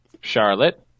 Charlotte